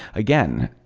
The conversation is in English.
again,